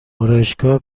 آرایشگاه